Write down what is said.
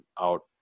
out